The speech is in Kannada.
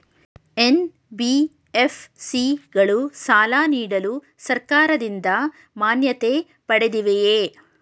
ಎನ್.ಬಿ.ಎಫ್.ಸಿ ಗಳು ಸಾಲ ನೀಡಲು ಸರ್ಕಾರದಿಂದ ಮಾನ್ಯತೆ ಪಡೆದಿವೆಯೇ?